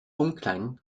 umkleiden